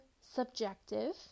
subjective